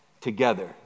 together